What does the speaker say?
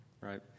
Right